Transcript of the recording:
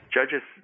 Judges